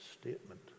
statement